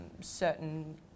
certain